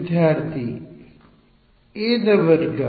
ವಿದ್ಯಾರ್ಥಿ ಎ ದ ವರ್ಗ